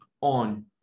on